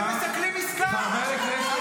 אתם מסכלים עסקה.